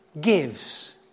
gives